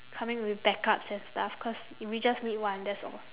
coming with backups and stuff cause we just need one that's all